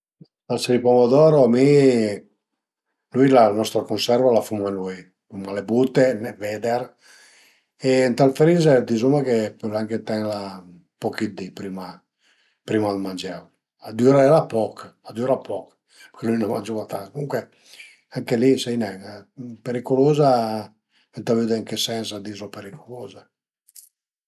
La salsa di pomodoro mi, nui la nostra cunserva la fuma nui, l'uma le bute dë veder e ënt ël freezer dizume che pöle anche tenla ën poch dë di prima, prima d'mangela, a dürerà poch, a düra poch përché nui në mangiuma tanta, comuncue anche li sai nen, periculuza ëntà vëddi ën che sens a dize periculuza